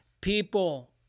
people